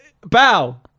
bow